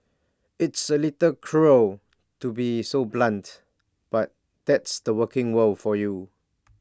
it's A little cruel to be so blunt but that's the working world for you